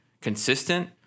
consistent